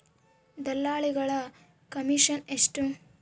ದಲ್ಲಾಳಿಗಳ ಕಮಿಷನ್ ಎಷ್ಟು?